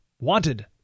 wanted